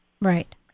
Right